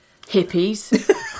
Hippies